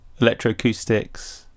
electroacoustics